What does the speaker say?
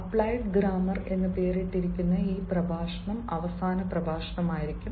applied grammar എന്ന് പേരിട്ടിരിക്കുന്ന ഈ പ്രഭാഷണം അവസാന പ്രഭാഷണമായിരിക്കും